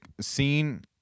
scene